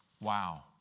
Wow